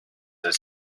has